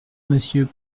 monsieur